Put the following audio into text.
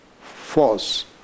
force